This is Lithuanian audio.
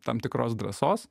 tam tikros drąsos